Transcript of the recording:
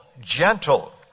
gentle